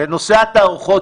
לנושא התערוכות,